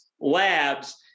labs